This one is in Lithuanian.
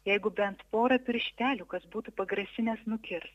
jeigu bent porą pirštelių kas būtų pagrasinęs nukirst